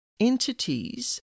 entities